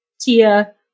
Tia